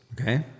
Okay